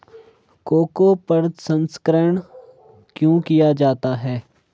Cocoa प्रसंस्करण क्यों किया जाता है?